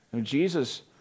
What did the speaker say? Jesus